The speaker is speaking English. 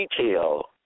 detail